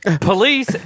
Police